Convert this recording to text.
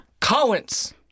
Collins